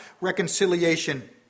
reconciliation